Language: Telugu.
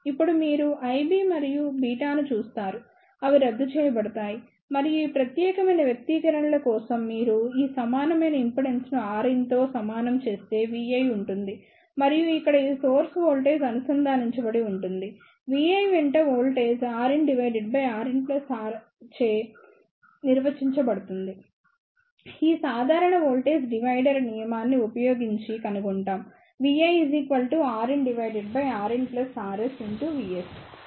ఇప్పుడు మీరు IB మరియు బీటాను చూస్తారు అవి రద్దు చేయబడతాయి మరియు ఈ ప్రత్యేకమైన వ్యక్తీకరణల కోసం మీరు ఈ సమానమైన ఇంపిడెన్స్ను Rin తో సమానం చేస్తే Vi ఉంటుంది మరియు ఇక్కడ ఈ సోర్స్ వోల్టేజ్ అనుసంధానించబడి ఉంటుంది Vi వెంట వోల్టేజ్ RinRinRS చే ఇవ్వబడుతుంది ఈ సాధారణ వోల్టేజ్ డివైడర్ నియమాన్ని ఉపయోగించి కనుకుంటాం